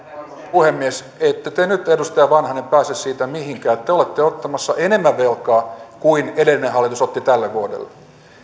puhemies ette te nyt edustaja vanhanen pääse siitä mihinkään te olette ottamassa enemmän velkaa kuin edellinen hallitus otti tälle vuodelle ja